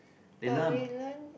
but we learn